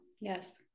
yes